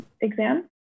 exam